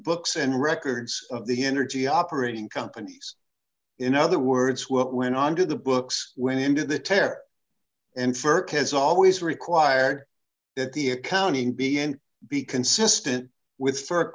books and records of the energy operating companies in other words what went on to the books went into the tech and ferk has always required that the accounting be and be consistent with fur